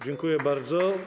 Dziękuję bardzo.